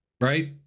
Right